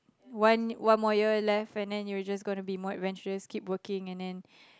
one one more year left and then you're just going to be more adventurous keep working and then